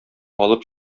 алып